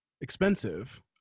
expensive